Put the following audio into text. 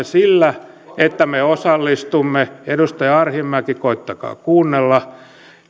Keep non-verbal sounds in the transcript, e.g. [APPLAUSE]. [UNINTELLIGIBLE] sillä että me osallistumme edustaja arhinmäki koettakaa kuunnella